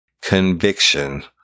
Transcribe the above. conviction